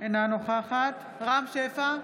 אינה נוכחת רם שפע,